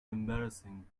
embarrassing